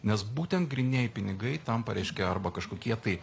nes būtent grynieji pinigai tampa reiškia arba kažkokie tai